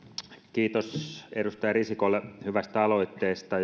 kiitos edustaja risikolle hyvästä aloitteesta